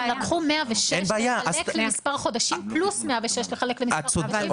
הם לקחו 106 לחלק למספר חודשים + 106 לחלק למספר חודשים,